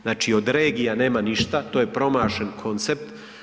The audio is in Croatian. Znači, od regija nema ništa, to je promašen koncept.